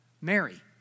Mary